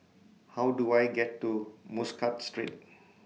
How Do I get to Muscat Street